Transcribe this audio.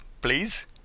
please